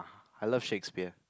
I love Shakespeare